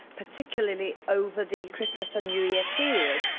particularly over the christmas and new year period,